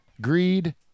greed